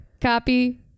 copy